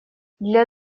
для